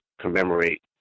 commemorate